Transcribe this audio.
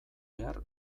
behar